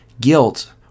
guilt